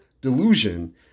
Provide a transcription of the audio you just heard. delusion